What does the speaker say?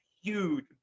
huge